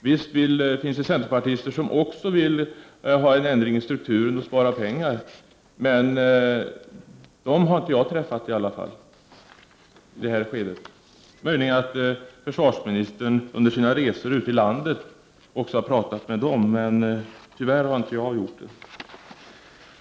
Visst finns det centerpartister som vill ha ändring i strukturen och därmed spara pengar, men några sådana personer har i varje fall inte jag träffat. Det är möjligt att försvarsministern under sina resor i landet har talat med sådana personer. Men jag har som sagt inte gjort det.